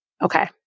Okay